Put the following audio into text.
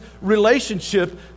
relationship